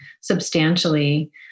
substantially